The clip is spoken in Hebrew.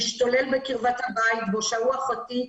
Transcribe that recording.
השתולל בקרבת הבית בו שהו אחותי,